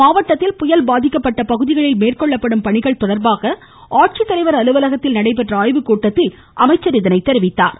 இம்மாவட்டத்தில் புயல் பாதிக்கப்பட்ட பகுதிகளில் மேற்கொள்ளப்படும் பணிகள் தொடா்பாக ஆட்சித்தலைவா் அலுவலகத்தில் நடைபெற்ற ஆய்வுக் கூட்டத்தில் அமைச்சா் இதனை தெரிவித்தார்